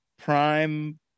prime